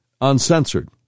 uncensored